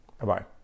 Bye-bye